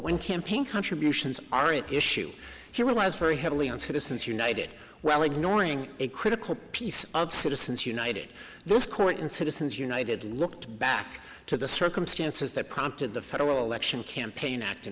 when campaign contributions are an issue he relies very heavily on citizens united well ignoring a critical piece of citizens united this court in citizens united look back to the circumstances that prompted the federal election campaign act in